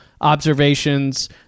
observations